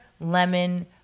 lemon